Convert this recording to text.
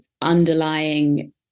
underlying